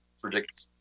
predict